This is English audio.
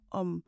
om